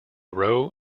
row